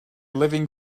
living